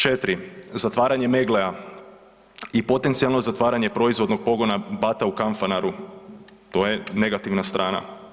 Četiri, zatvaranje Meggle-a i potencijalno zatvaranje proizvodnog pogona Bata u Kanfanaru to je negativna strana.